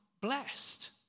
blessed